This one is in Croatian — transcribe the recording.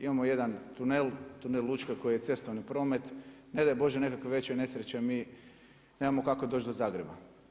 Imamo jedan tunel, tunel Lučko koji je cestovni promet, ne daj Bože nekakvoj većoj nesreći, jer mi nemamo kako doći do Zagreba.